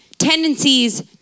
Tendencies